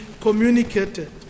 communicated